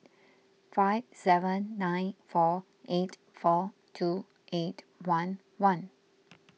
five seven nine four eight four two eight one one